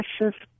precious